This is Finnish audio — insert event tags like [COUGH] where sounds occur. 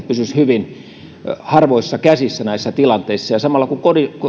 [UNINTELLIGIBLE] pysyisi hyvin harvoissa käsissä näissä tilanteissa samalla kun